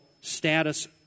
status